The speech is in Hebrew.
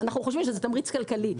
אנחנו חושבים שזה תמריץ כלכלי.